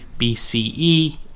BCE